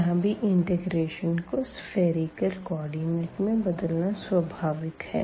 यहाँ भी इंटेग्रेशन को सफ़ेरिकल कोऑर्डिनेट में बदलना स्वाभाविक है